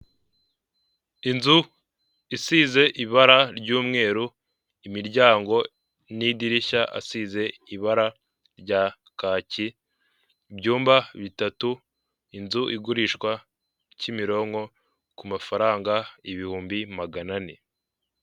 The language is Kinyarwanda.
Inzu isize ibara ry'umweru, imiryango n'idirishya asize ibara rya kaki, ibyumba bitatu, inzu igurishwa, Kimironko, ku mafaranga ibihumbi magana ane.